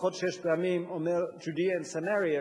לפחות שש פעמים אומר: Judea and Samaria,